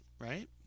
right